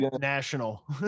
national